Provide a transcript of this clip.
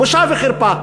בושה וחרפה.